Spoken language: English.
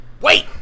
Wait